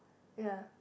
ya